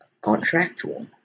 contractual